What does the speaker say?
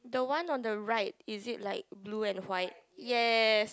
the one on the right is it like blue and white yes